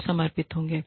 लोग समर्पित होंगे